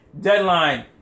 deadline